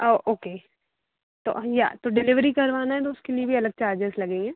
okay तो या तो डिलीवरी करवाना है तो उसके लिए भी अलग चार्जेस लगेंगे